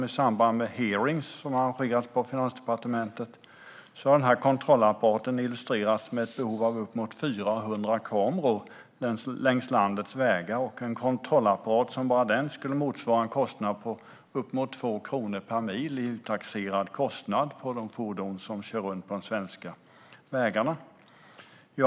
I samband med hearings, som man har haft på Finansdepartementet, har det illustrerats med ett behov av uppemot 400 kameror längs landets vägar. Det är en kontrollapparat som bara den skulle motsvara en kostnad på uppemot 2 kronor per mil i upptaxerad kostnad på fordon som kör på de svenska vägarna.